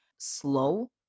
slow